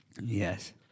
Yes